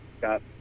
got